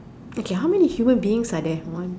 okay how many human beings are there one